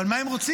אבל מה הם רוצים?